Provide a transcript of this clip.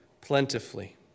plentifully